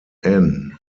anne